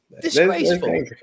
Disgraceful